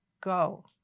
go